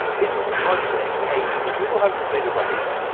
it's like winning a two hundred metre race,